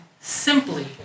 simply